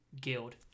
guild